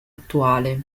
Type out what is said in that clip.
attuale